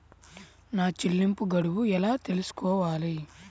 నా చెల్లింపు గడువు ఎలా తెలుసుకోవాలి?